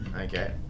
Okay